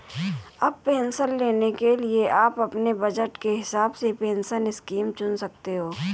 अब पेंशन लेने के लिए आप अपने बज़ट के हिसाब से पेंशन स्कीम चुन सकते हो